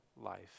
life